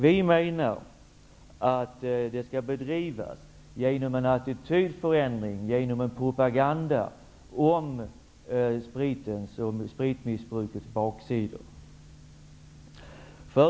Vi skall klara problemen genom attitydförändringar och propaganda om spritmissbrukets baksidor.